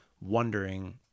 wondering